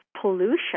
pollution